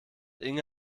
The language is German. inge